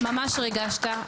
ריגשת,